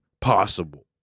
possible